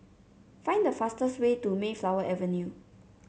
find the fastest way to Mayflower Avenue